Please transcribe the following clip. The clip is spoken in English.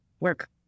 work